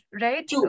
right